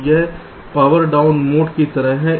तो यह power down mode की तरह है